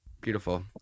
Beautiful